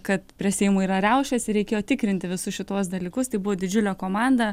kad prie seimo yra riaušės ir reikėjo tikrinti visus šituos dalykus tai buvo didžiulė komanda